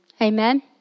Amen